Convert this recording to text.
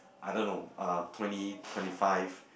I don't know uh twenty twenty five